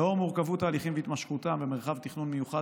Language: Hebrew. לאור מורכבות ההליכים והתמשכותם במרחב תכנון מיוחד